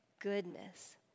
goodness